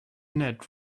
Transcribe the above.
ned